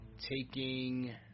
taking